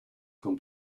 con